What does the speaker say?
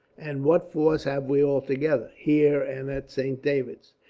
and what force have we altogether, here and at saint david's,